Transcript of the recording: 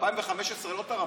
ב-2015 לא תרמתם.